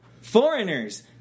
foreigners